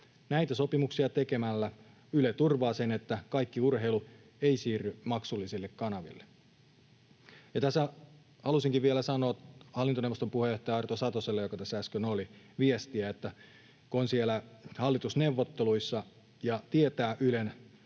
Näitä sopimuksia tekemällä Yle turvaa sen, että kaikki urheilu ei siirry maksullisille kanaville. Ja tässä halusinkin vielä sanoa viestiä hallintoneuvoston puheenjohtajalle Arto Satoselle, joka tässä äsken oli — kun on siellä hallitusneuvotteluissa ja tietää Ylen